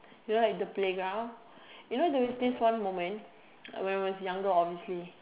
you know like the playground you know there was this one moment when I was younger obviously